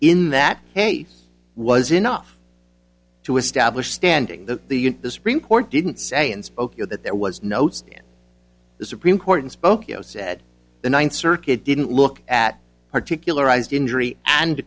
in that case was enough to establish standing the the supreme court didn't say and spoke you know that there was notes in the supreme court and spokeo said the ninth circuit didn't look at particular ised injury and